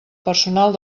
personal